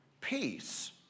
peace